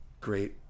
great